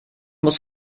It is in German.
musst